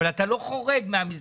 אבל אתה לא חורג מהמסגרת,